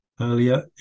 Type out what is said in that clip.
earlier